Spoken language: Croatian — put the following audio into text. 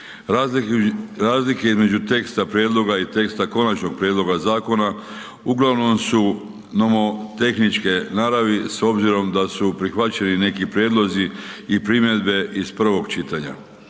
Razlike između teksta prijedloga i teksta konačnog prijedloga zakona uglavnom su nomotehničke naravi s obzirom da su prihvaćeni neki prijedlozi i primjedbe iz prvog čitanja.